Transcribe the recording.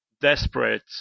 desperate